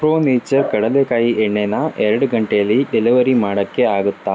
pro nature ಕಡಲೇಕಾಯಿ ಎಣ್ಣೆನ ಎರಡು ಗಂಟೆಯಲ್ಲಿ ಡೆಲಿವರಿ ಮಾಡೋಕ್ಕೆ ಆಗುತ್ತಾ